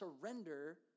surrender